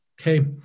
Okay